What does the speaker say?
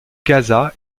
caza